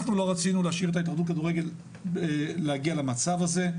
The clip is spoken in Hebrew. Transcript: אנחנו לא רצינו להשאיר את ההתאחדות לכדורגל להגיע למצב הזה.